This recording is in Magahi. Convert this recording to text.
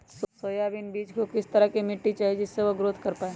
सोयाबीन बीज को किस तरह का मिट्टी चाहिए जिससे वह ग्रोथ कर पाए?